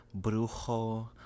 brujo